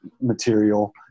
material